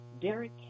Derek